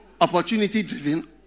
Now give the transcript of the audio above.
opportunity-driven